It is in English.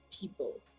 people